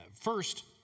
First